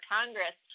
Congress